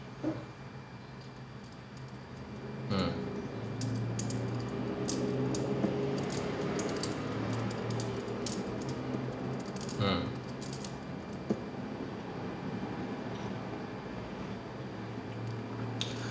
mm mm